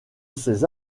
ces